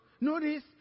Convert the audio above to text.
notice